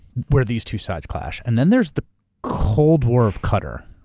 where these two sides clash. and then there's the cold war of qatar.